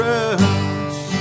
else